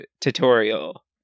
tutorial